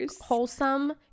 Wholesome